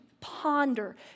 ponder